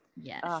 yes